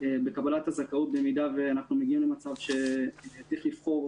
בקבלת הזכאות במידה ואנחנו מגיעים למצב שצריך לבחור